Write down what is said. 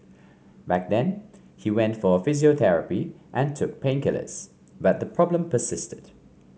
back then he went for physiotherapy and took painkillers but the problem persisted